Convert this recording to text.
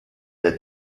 der